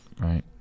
Right